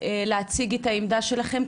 להציג את העמדה שלכם,